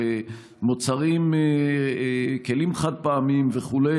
על כלים חד-פעמיים וכו'.